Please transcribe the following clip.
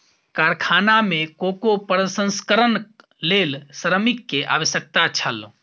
कारखाना में कोको प्रसंस्करणक लेल श्रमिक के आवश्यकता छल